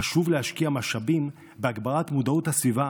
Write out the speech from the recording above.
חשוב להשקיע משאבים בהגברת מודעות הסביבה